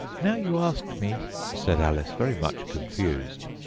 now you ask me said alice, very much confused,